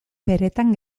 beretan